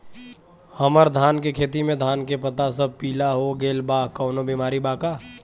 हमर धान के खेती में धान के पता सब पीला हो गेल बा कवनों बिमारी बा का?